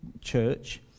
church